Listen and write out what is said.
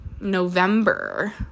November